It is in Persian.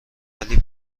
ولی